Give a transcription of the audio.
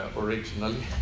originally